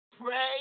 Pray